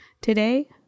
today